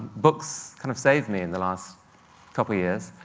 books kind of saved me in the last couple years,